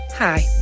Hi